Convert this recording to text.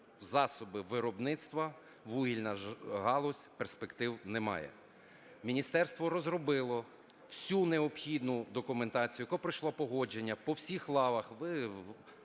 засоби виробництва вугільна галузь перспектив не має. Міністерство розробило всю необхідну документацію, яка пройшла погодження по всіх лавах.